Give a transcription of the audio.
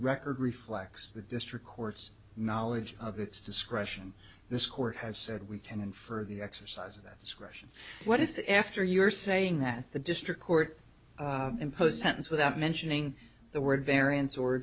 record reflects the district court's knowledge of its discretion this court has said we can and for the exercise of that discretion what if after you're saying that the district court impose sentence without mentioning the word variance or